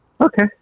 Okay